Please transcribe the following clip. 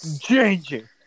changing